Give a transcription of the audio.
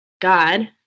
God